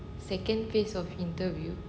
second phase of interview